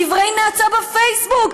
דברי נאצה בפייסבוק,